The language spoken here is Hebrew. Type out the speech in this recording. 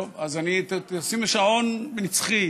טוב, אז תשים לי שעון נצחי,